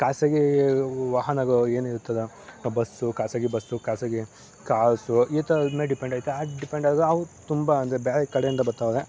ಖಾಸಗಿ ವಾಹನಕ್ಕೂ ಏನಿರುತ್ತದೋ ಆ ಬಸ್ಸು ಖಾಸಗಿ ಬಸ್ಸು ಖಾಸಗಿ ಕಾರ್ಸು ಈ ಥರದ ಮೇಲೆ ಡಿಪೆಂಡಯ್ತೆ ಆ ಡಿಪೆಂಡ್ ಆಗ ಅವು ತುಂಬ ಅಂದರೆ ಬೇರೆ ಕಡೆಯಿಂದ ಬರ್ತವ್ರೆ